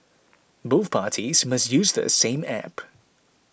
both parties must use the same app